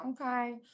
Okay